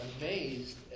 amazed